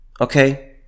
Okay